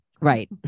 right